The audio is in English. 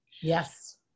yes